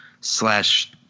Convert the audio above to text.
slash